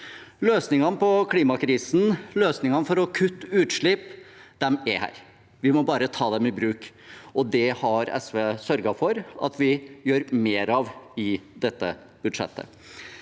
Løsningene på klimakrisen og løsningene for å kutte utslipp er her. Vi må bare ta dem i bruk, og det har SV sørget for at vi gjør mer av i dette budsjettet.